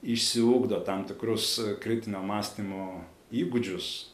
išsiugdo tam tikrus kritinio mąstymo įgūdžius